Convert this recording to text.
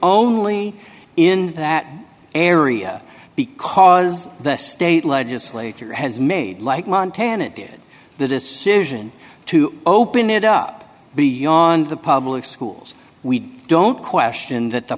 only in that area because the state legislature has made like montana did the decision to open it up beyond the schools we don't question that the